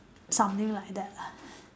something like that lah